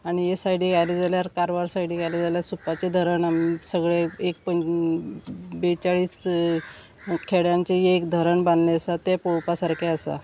आणी हे सायडीक आयले जाल्यार कारवार सायडीक गेले जाल्यार सुपाचें धरण आमी सगळे एक पं बेचाळीस खेड्यांचे एक धरण बांदले आसा ते पळोवपा सारकें आसा